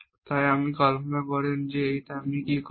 তাই যদি আপনি কল্পনা করেন যে আপনি কি করছেন